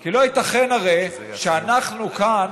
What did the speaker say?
כי לא ייתכן הרי שאנחנו כאן,